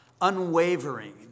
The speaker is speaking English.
unwavering